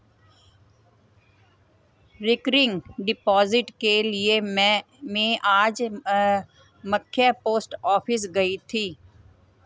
recurring deposit के लिए में आज मख्य पोस्ट ऑफिस गयी थी